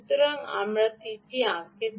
সুতরাং তীরটি আঁকুন